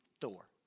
Thor